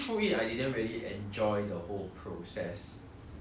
of reading lah and if I were to do it eight hours a day